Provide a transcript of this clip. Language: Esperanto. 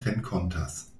renkontas